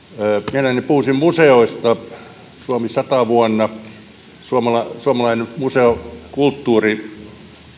mielelläni puhuisin museoista suomi sata vuonna suomalainen suomalainen museokulttuuri